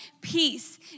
peace